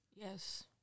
Yes